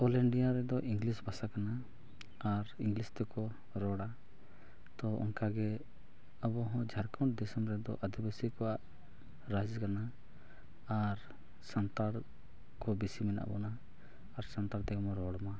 ᱨᱮᱫᱚ ᱵᱷᱟᱥᱟ ᱠᱟᱱᱟ ᱟᱨ ᱛᱮᱠᱚ ᱨᱚᱲᱟ ᱛᱳ ᱚᱱᱠᱟᱜᱮ ᱟᱵᱚᱦᱚᱸ ᱡᱷᱟᱲᱠᱷᱚᱸᱰ ᱫᱤᱥᱚᱢ ᱨᱮᱫᱚ ᱟᱫᱤᱵᱟᱥᱤ ᱠᱚᱣᱟᱜ ᱨᱟᱡᱽ ᱠᱟᱱᱟ ᱟᱨ ᱥᱟᱱᱛᱟᱲ ᱠᱚ ᱵᱮᱥᱤ ᱢᱮᱱᱟᱜ ᱵᱚᱱᱟ ᱟᱨ ᱥᱟᱛᱟᱲ ᱛᱮᱜᱮ ᱵᱚᱱ ᱨᱚᱲᱢᱟ